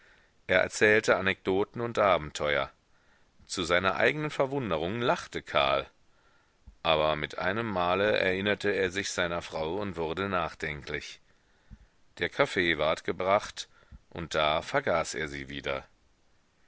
er erzählte anekdoten und abenteuer zu seiner eignen verwunderung lachte karl aber mir einem male erinnerte er sich seiner frau und wurde nachdenklich der kaffee ward gebracht und da vergaß er sie wieder